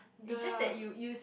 it's just that you you